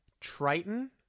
Triton